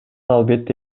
албетте